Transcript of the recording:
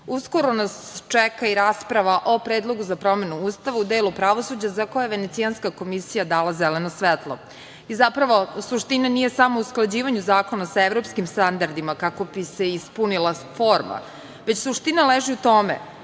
Srbiji. Uskoro nas čeka i rasprava o predlogu za promenu Ustava u delu pravosuđa, za koji je Venecijanska komisija dala zeleno svetlo. Zapravo, suština nije samo u usklađivanju zakona sa evropskim standardima, kako bi se ispunila forma, već suština leži u tome